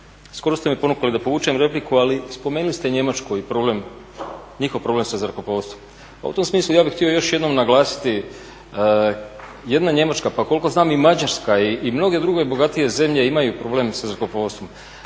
skoro ste me ponukali da povučem repliku, ali spomenuli ste Njemačku i njihov problem sa zrakoplovstvom. Pa u tom smislu ja bih htio još jednom naglasiti, jedna Njemačka, pa koliko znam i Mađarska i mnoge druge bogatije zemlje imaju problem sa zrakoplovstvom.